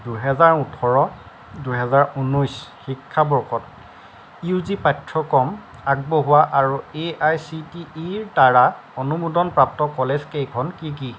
দুহেজাৰ ওঠৰ দুহেজাৰ ঊনৈছ শিক্ষাবৰ্ষত ইউ জি পাঠ্যক্ৰম আগবঢ়োৱা আৰু এআইচিটিইৰ দ্বাৰা অনুমোদনপ্ৰাপ্ত কলেজকেইখন কি কি